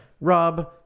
Rob